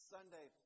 Sunday